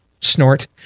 snort